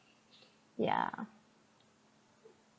ya